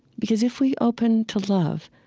because if we open to love,